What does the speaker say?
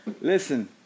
Listen